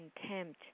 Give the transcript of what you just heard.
contempt